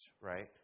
right